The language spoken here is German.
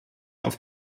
auf